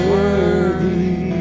Worthy